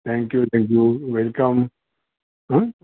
thank you thank you welcome हम्म